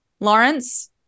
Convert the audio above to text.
Lawrence